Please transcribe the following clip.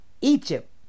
Egypt